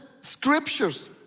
scriptures